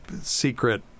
secret